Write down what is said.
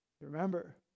Remember